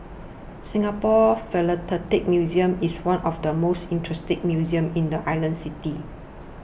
Singapore Philatelic Museum is one of the most interesting museums in the island city